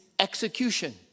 execution